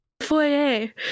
Foyer